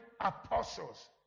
apostles